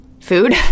food